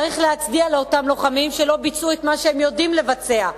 צריך להצדיע לאותם לוחמים שלא ביצעו את מה שהם יודעים לבצע.